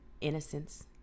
innocence